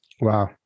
Wow